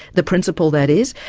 the principal that is.